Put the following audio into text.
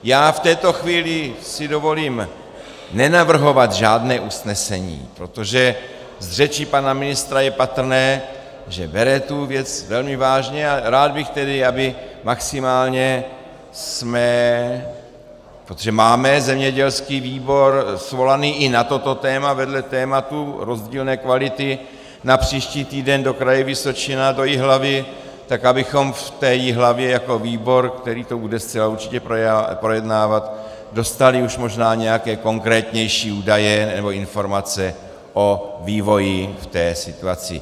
V této chvíli si dovolím nenavrhovat žádné usnesení, protože z řeči pana ministra je patrné, že bere tu věc velmi vážně, a rád bych tedy, abychom maximálně protože máme zemědělský výbor svolaný i na toto téma vedle tématu rozdílné kvality na příští týden do Kraje Vysočina, do Jihlavy, tak abychom v té Jihlavě jako výbor, který to bude zcela určitě projednávat, dostali už možná nějaké konkrétnější údaje nebo informace o vývoji v té situaci.